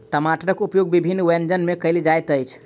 टमाटरक उपयोग विभिन्न व्यंजन मे कयल जाइत अछि